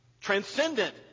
transcendent